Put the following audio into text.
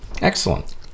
Excellent